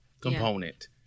component